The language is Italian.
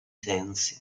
sensi